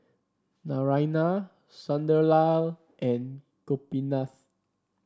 Naraina Sunderlal and Gopinath